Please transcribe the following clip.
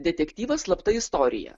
detektyvas slapta istorija